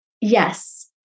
Yes